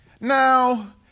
Now